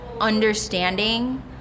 understanding